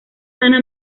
semana